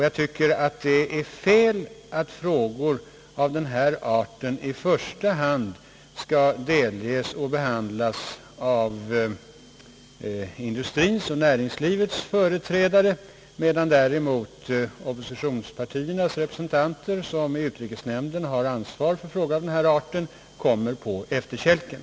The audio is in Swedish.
Jag tycker att det är fel att frågor av denna art i första hand skall delges och behandlas av industrins och näringslivets företrädare, medan oppositionspartiernas representanter, som i utrikesnämnden har ansvar för frågor av detta slag, kommer på efterkälken.